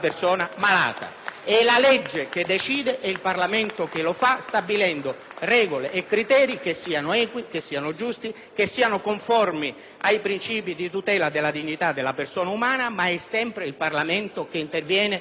È la legge che decide e il Parlamento che lo fa stabilendo regole e criteri, che siano equi, giusti e conformi ai princìpi di tutela della dignità della persona umana; ma è sempre il Parlamento che interviene con legge,